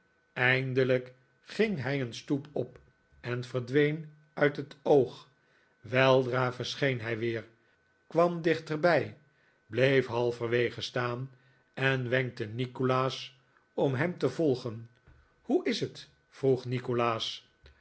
eindelijk ging hij een stoep op en verdween uit het oog weldra verscheen hij weer kwam dichterbij bleef halverwege staan en wenkte nikolaas om hem te volgen hoe is het vroeg nikolaas